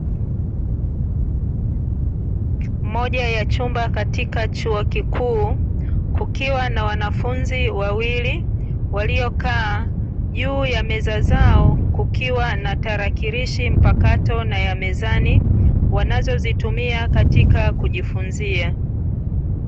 Moja ya chumba katika chuo kikuu, kukiwa na wanafunzi wawili waliokaa, juu ya meza zao kukiwa na tarakirishi mpakato naya mezani, wanazozitumia katika kujifunzia.